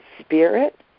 spirit